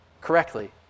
correctly